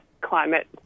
climate